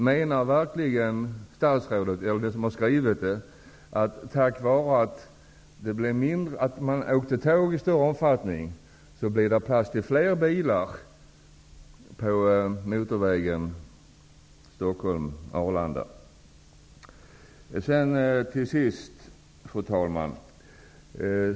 Menar verkligen statsrådet, eller de som har skrivit svaret, att det blir plats för fler bilar på motorvägen Stockholm-- Arlanda på grund av att människor åker tåg i större omfattning? Fru talman!